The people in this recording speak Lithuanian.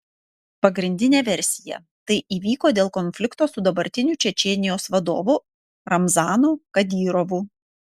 pagrindinė versija tai įvyko dėl konflikto su dabartiniu čečėnijos vadovu ramzanu kadyrovu